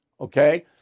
Okay